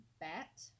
bat